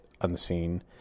unseen